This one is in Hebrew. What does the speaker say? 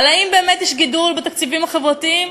אם באמת יש גידול בתקציבים החברתיים,